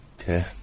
Okay